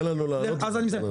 הסטנדרט הוא לא מה גלעד קריב חושב.